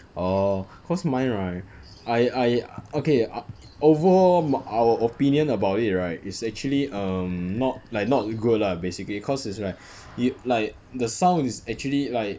oh cause mine right I I okay o~ overall our opinion about it right is actually um not like not good lah basically cause is like y~ like the sound is actually like